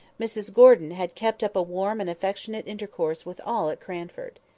mrs gordon had kept up a warm and affectionate intercourse with all at cranford.